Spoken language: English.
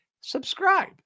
subscribe